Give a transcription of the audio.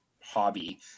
hobby